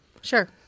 sure